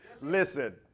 Listen